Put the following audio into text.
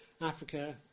africa